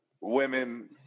women